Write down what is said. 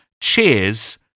Cheers